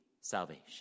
salvation